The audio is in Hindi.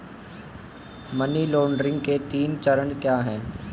मनी लॉन्ड्रिंग के तीन चरण क्या हैं?